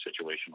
situational